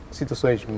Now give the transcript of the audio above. situações